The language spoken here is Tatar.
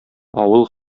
авыл